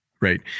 Right